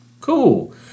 cool